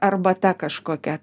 arbata kažkokia